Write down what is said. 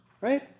right